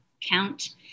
count